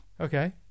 Okay